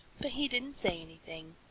but he didn't say anything.